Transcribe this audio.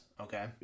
Okay